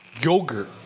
Yogurt